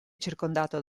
circondato